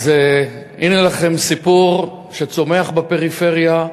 אז הנה לכם סיפור שצומח בפריפריה,